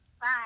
Bye